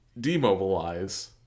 demobilize